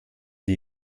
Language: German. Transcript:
die